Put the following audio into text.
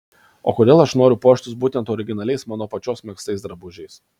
o kodėl aš noriu puoštis būtent originaliais mano pačios megztais drabužiais